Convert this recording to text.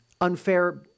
unfair